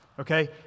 Okay